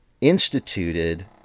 instituted